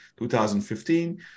2015